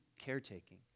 caretaking